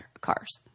cars